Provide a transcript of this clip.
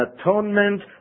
atonement